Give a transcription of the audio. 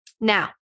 Now